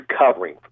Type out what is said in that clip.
recovering